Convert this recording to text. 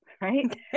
right